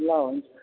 ल हुन्छ